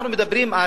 אנחנו מדברים,